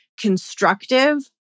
constructive